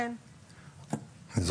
אנחנו מדברים כאן על הרבה נושאים.